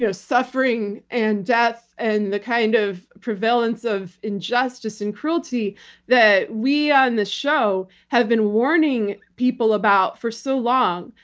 you know suffering and death and the kind of prevalence of injustice and cruelty that we on the show have been warning people about for so long.